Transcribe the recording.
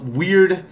weird